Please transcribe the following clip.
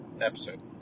episode